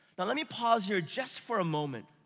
now let me pause here just for a moment.